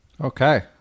okay